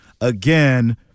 again